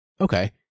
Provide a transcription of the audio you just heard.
okay